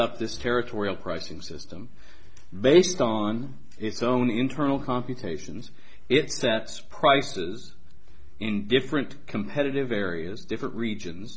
up this territorial pricing system based on its own internal computations it sets prices in different competitive areas different regions